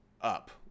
up